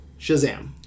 Shazam